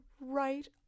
right